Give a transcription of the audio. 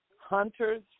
hunters